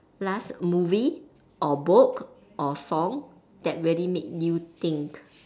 last movie or book or song that really make you think